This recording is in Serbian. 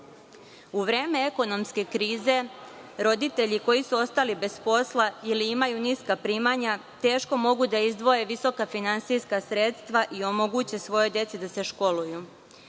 vreme ekonomske krize roditelji, koji su ostali bez posla ili imaju niska primanja, teško mogu da izdvoje visoka finansijska sredstva i omoguće svojoj deci da se školuju.